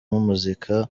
muzika